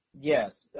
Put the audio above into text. Yes